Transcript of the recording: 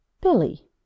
Billy